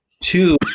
Two